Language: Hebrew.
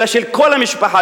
אלא של כל המשפחה,